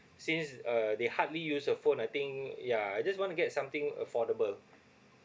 since uh they hardly use the phone I think yeah I just want to get something affordable